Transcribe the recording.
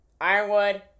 Ironwood